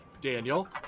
Daniel